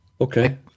okay